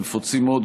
לנפוצים מאוד,